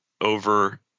over